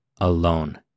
alone